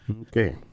Okay